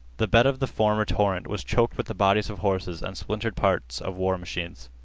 the bed of the former torrent was choked with the bodies of horses and splintered parts of war machines.